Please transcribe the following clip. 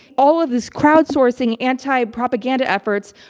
all of these crowdsourcing anti-propaganda efforts,